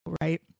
right